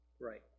Right